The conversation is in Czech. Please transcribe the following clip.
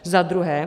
Za druhé.